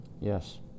Yes